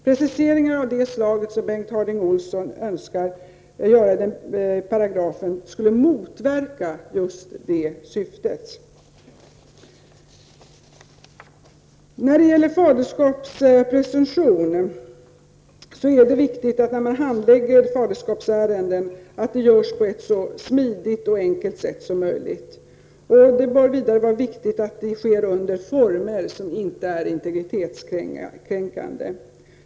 Preciseringar av det slag som Bengt Harding Olson önskar göra i den paragrafen skulle motverka detta syfte. När det gäller faderskapspresumtion är det viktigt när man handlägger faderskapsärenden att det görs på ett så smidigt och enkelt sätt som möjligt. Det är viktigt att det sker under former som inte är integritetskränkande.